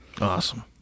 Awesome